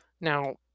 Now